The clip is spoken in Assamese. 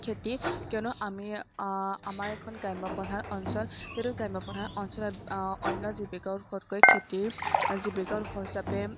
খেতি কিয়নো আমি আমাৰ এখন গ্ৰাম্য প্ৰধান অঞ্চল যিহেতু গ্ৰাম্য প্ৰধান অঞ্চলত অন্য জীৱিকাৰ উৎসতকৈ খেতিৰ জীৱিকাৰ উৎস হিচাপে